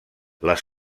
les